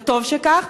וטוב שכך,